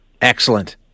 Excellent